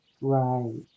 Right